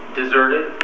deserted